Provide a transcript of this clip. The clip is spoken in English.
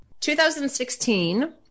2016